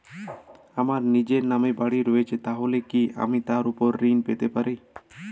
আমার নিজের নামে বাড়ী রয়েছে তাহলে কি আমি তার ওপর ঋণ পেতে পারি?